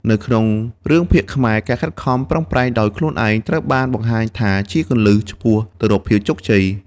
នៅក្នុងរឿងភាគខ្មែរ ការខិតខំ ប្រឹងប្រែងដោយខ្លួនឯងត្រូវបានបង្ហាញថាជាគន្លឹះឆ្ពោះទៅរកភាពជោគជ័យ ។